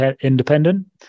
independent